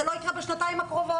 זה לא יקרה בשנתיים הקרובות.